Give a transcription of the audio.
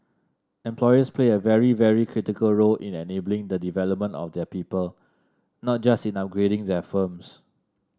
employers play a very very critical role in enabling the development of their people not just in upgrading their firms